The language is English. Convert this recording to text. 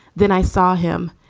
then i saw him.